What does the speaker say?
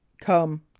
Come